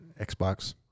Xbox